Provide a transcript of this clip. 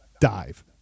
dive